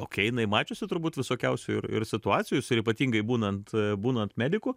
okei jinai mačiusi turbūt visokiausių ir ir situacijų ir ypatingai būnant būnant mediku